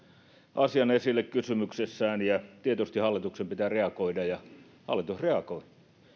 asian esille kysymyksessään ja tietysti hallituksen pitää reagoida ja hallitus reagoi